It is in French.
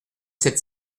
sept